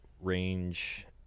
range